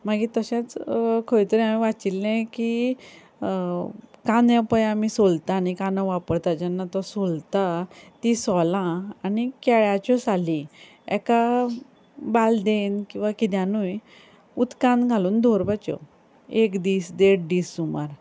मागीर तशेंच खंय तरी हांवें वाचिल्लें की कांदे पय आमी सोलता न्ही कांदो वापरता जेन्ना तो सोलता तीं सोलां आनी केळ्याच्यो साली एका बालदेन किंवां किद्यानूय उदकान घालून दोवरपाच्यो एक दीस देड दीस सुमार